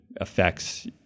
affects